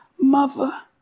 mother